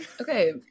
Okay